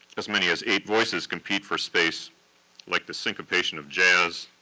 as many as eight voices compete for space like the syncopation of jazz,